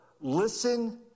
listen